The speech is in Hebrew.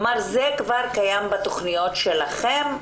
זה כבר קיים בתכניות שלכם,